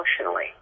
emotionally